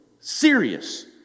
serious